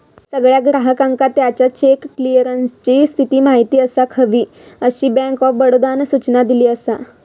सगळ्या ग्राहकांका त्याच्या चेक क्लीअरन्सची स्थिती माहिती असाक हवी, अशी बँक ऑफ बडोदानं सूचना दिली असा